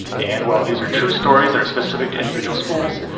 and while these are true stories that are specific to individual schools,